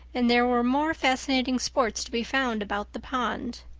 and there were more fascinating sports to be found about the pond.